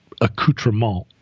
accoutrement